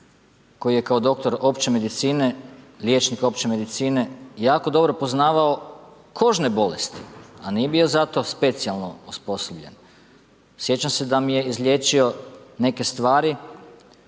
koje je kao doktor opće medicine, liječnik opće medicine jako dobro poznavao kožne bolesti, a nije bio za to specijalno osposobljen. Sjećam se da mi je izliječio neke stvari